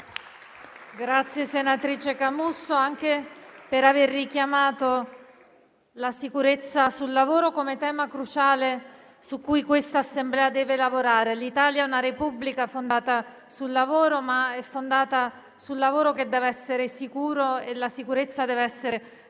ringrazio, senatrice Camusso, anche per aver richiamato la sicurezza sul lavoro come tema cruciale su cui questa Assemblea deve lavorare. L'Italia è una Repubblica fondata sul lavoro, ma il lavoro deve essere sicuro e la sicurezza deve essere garantita